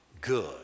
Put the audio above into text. good